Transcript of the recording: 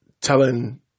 telling